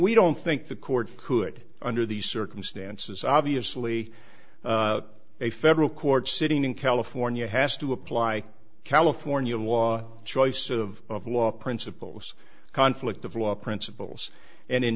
we don't think the court could under these circumstances obviously a federal court sitting in california has to apply california law choice of law principles conflict of law principles and in